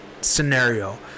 scenario